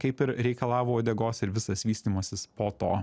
kaip ir reikalavo uodegos ir visas vystymasis po to